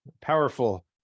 powerful